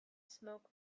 smoke